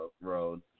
Road